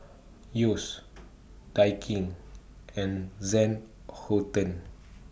Yeo's Daikin and than Houten